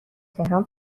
تهران